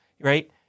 Right